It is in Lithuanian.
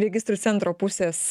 registrų centro pusės